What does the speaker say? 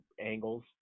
angles